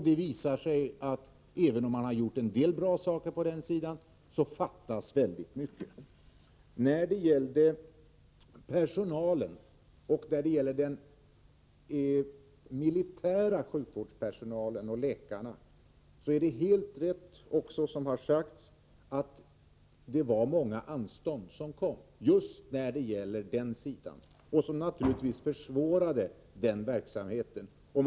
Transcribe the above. Det visar sig att det fattas väldigt mycket i detta avseende, även om man har gjort en del bra saker på det området. Det är också helt riktigt att det kommit många anstånd vad gäller sjukvårdspersonalen och läkarna på den militära sidan, och de har naturligtvis försvårat verksamheten där.